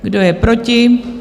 Kdo je proti?